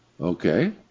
Okay